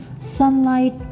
sunlight